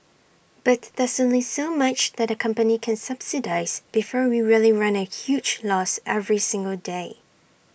but there's only so much that company can subsidise before we really run A huge loss every single day